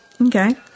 Okay